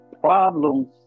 problems